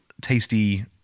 tasty